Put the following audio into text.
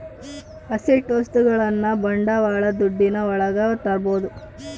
asset ವಸ್ತುಗಳನ್ನ ಬಂಡವಾಳ ದುಡ್ಡಿನ ಒಳಗ ತರ್ಬೋದು